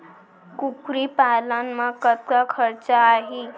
कुकरी पालन म कतका खरचा आही?